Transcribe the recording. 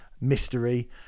mystery